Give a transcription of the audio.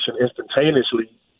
instantaneously